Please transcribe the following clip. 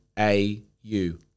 A-U